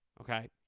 Okay